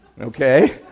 Okay